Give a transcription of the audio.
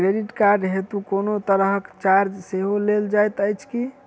Credit card हेतु कोनो तरहक चार्ज सेहो लेल जाइत अछि की?